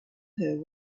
her